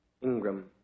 Ingram